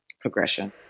progression